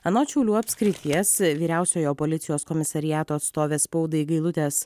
anot šiaulių apskrities vyriausiojo policijos komisariato atstovės spaudai gailutės